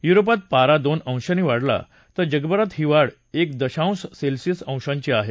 युरोपात पारा दोन अंशांनी वाढला तर जगभरात ही वाढ एक दशांश सेल्सियस अंशाची आहे